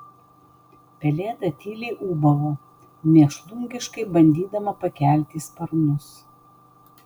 pelėda tyliai ūbavo mėšlungiškai bandydama pakelti sparnus